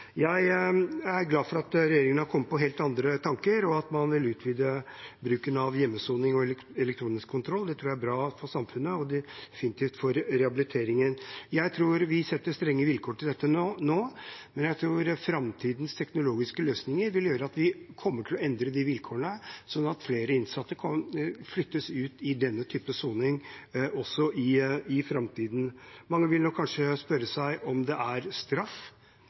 Jeg er glad for at regjeringen har kommet på helt andre tanker, og at man vil utvide bruken av hjemmesoning og elektronisk kontroll. Det tror jeg er bra for samfunnet og definitivt for rehabiliteringen. Vi setter strenge vilkår for dette nå, men jeg tror framtidens teknologiske løsninger vil gjøre at vi kommer til å endre vilkårene, sånn at flere innsatte kan flyttes ut i denne typen soning også i framtiden. Mange vil kanskje spørre seg om det er straff